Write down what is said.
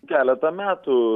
keletą metų